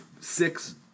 six